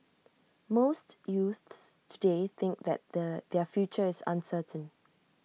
most youths today think that the their future is uncertain